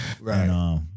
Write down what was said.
Right